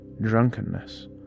drunkenness